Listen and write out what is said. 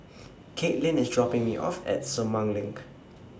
Katelynn IS dropping Me off At Sumang LINK